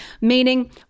meaning